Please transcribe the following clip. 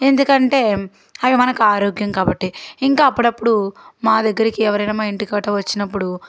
ఎందుకంటే అవి మనకు ఆరోగ్యం కాబట్టి ఇంకా అప్పుడప్పుడు మా దగ్గరికి ఎవరైనా మా ఇంటి గట్రా వచ్చినప్పుడు